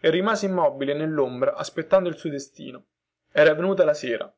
e rimase immobile nellombra aspettando il suo destino era venuta la sera